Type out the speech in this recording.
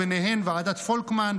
ובהן ועדת פולקמן,